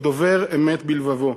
ודֹבר אמת בלבבו.